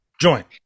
Joint